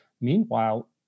Meanwhile